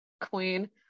queen